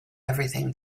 everything